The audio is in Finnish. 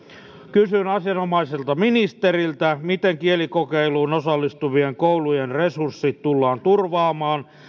kysyn asianomaiselta ministeriltä miten kielikokeiluun osallistuvien koulujen resurssit tullaan turvaamaan